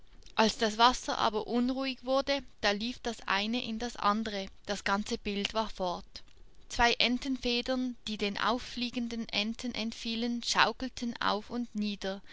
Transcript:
als das wasser aber unruhig wurde da lief das eine in das andere das ganze bild war fort zwei entenfedern die den auffliegenden enten entfielen schaukelten auf und nieder